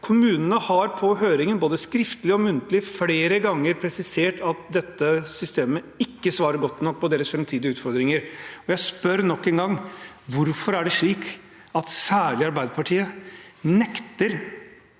Kommunene har på høringen både skriftlig og muntlig flere ganger presisert at dette systemet ikke svarer godt nok på deres framtidige utfordringer. Jeg spør nok en gang: Hvorfor er det slik at særlig Arbeiderpartiet nekter